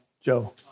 Joe